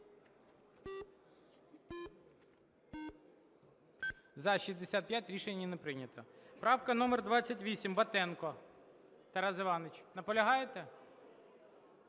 За-65 Рішення не прийнято. Правка номер 28, Батенко. Тарас Іванович, наполягаєте?